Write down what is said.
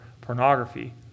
pornography